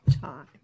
time